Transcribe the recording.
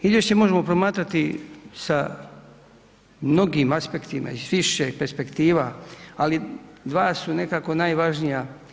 Izvješće možemo promatrati sa mnogim aspektom i s više perspektiva ali dva su nekako najvažnija.